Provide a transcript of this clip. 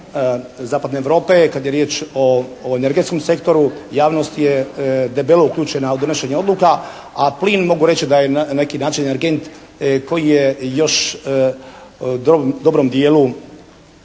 zapadne Europe kad je riječ o energetskom sektoru javnost je debelo uključena u donošenje odluka, a plin mogu reći da je na neki način energent koji je još u dobrom dijelu